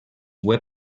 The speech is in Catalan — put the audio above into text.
web